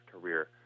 career